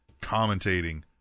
commentating